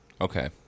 Okay